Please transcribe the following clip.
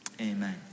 Amen